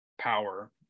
power